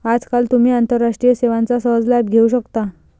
आजकाल तुम्ही आंतरराष्ट्रीय सेवांचा सहज लाभ घेऊ शकता